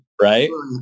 right